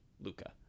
Luca